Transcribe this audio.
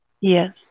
Yes